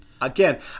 again